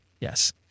Yes